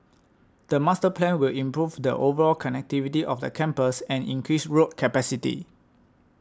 the master plan will improve the overall connectivity of the campus and increase road capacity